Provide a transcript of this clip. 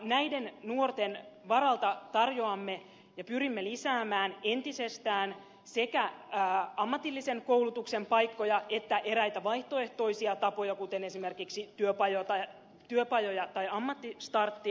näiden nuorten varalta tarjoamme ja pyrimme lisäämään entisestään sekä ammatillisen koulutuksen paikkoja että eräitä vaihtoehtoisia tapoja kuten esimerkiksi työpajoja tai ammattistarttia